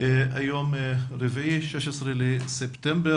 היום יום רביעי, 16 בספטמבר,